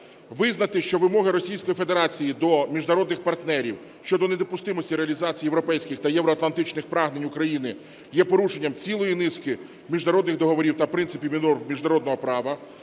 визнати, що вимоги Російської Федерації до міжнародних партнерів щодо недопустимості реалізації європейських та євроатлантичних прагнень України є порушенням цілої низки міжнародних договорів та принципів міжнародного права.